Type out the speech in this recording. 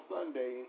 Sunday